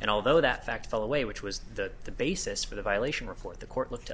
and although that fact fell away which was that the basis for the violation report the court looked